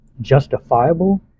justifiable